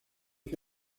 que